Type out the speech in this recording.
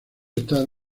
está